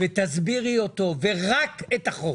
ותסבירי אותו, רק את החוק